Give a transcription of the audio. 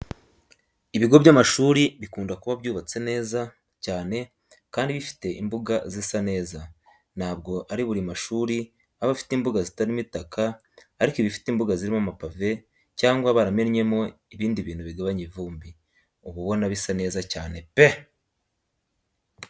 Ibigo by'amashuri bikunda kuba byubatse neza cyane kandi bifite imbuga zisa neza. Ntabwo ari buri mashuri aba afite imbuga zitarimo itaka ariko ibifite imbuga zirimo amapave cyangwa baramennyemo ibindi bintu bigabanya ivumbi, uba ubona bisa neza cyane pe!